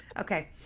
okay